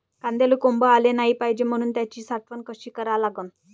कांद्याले कोंब आलं नाई पायजे म्हनून त्याची साठवन कशी करा लागन?